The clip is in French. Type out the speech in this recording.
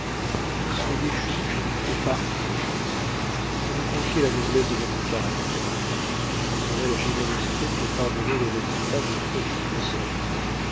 soyez juge et partie je me confie à la noblesse de votre caractère vous aurez la générosité de me pardonner les résultats de fautes innocentes